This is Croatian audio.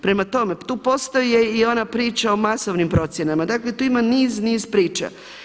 Prema tome, tu postoji i ona priča o masovnim procjenama, dakle tu ima niz, niz priča.